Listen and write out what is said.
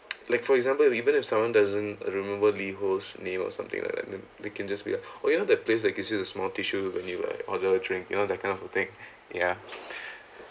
like for example you even if someone doesn't remember LiHO name or something like that then they can just like oh you know that place that gives you a small tissue when you like order a drink you know that kind of a thing ya